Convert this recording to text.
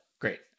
Great